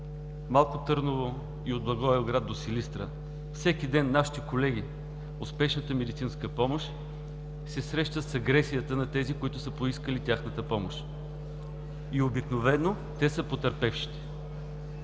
Малко Търново и от Благоевград до Силистра. Всеки ден нашите колеги от спешната медицинска помощ се срещат с агресията на тези, които са поискали тяхната помощ и обикновено те са потърпевшите.